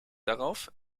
darauf